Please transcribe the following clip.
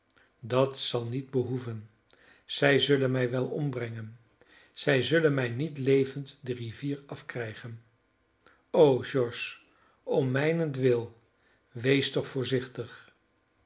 dat zal niet behoeven zij zullen mij wel ombrengen zij zullen mij niet levend de rivier afkrijgen o george om mijnentwil wees toch voorzichtig